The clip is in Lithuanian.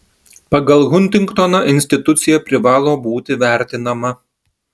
pagal huntingtoną institucija privalo būti vertinama